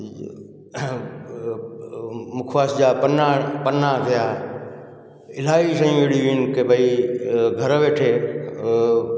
इहो मुखवास जा पना पना थिया इलाही शयूं अहिड़ियूं आहिनि की भई घरु वेठे